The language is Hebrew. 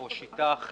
או שיטה אחרת,